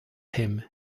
him